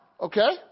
Okay